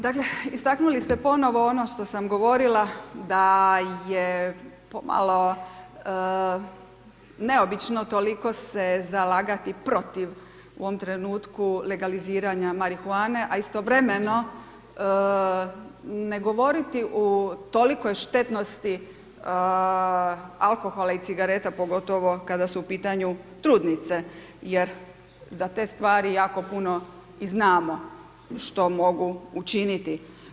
Dakle, istaknuli ste ponovno ono što sam govorila, da je pomalo neobično toliko se zalagati protiv, u ovom trenutku, legaliziranja marihuane, a istovremeno ne govoriti u tolikoj štetnosti alkohola i cigareta, pogotovo kada su u pitanju, jer za te stvari jako puno i znamo što mogu učiniti.